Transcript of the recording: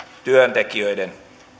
työntekijöiden